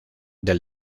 del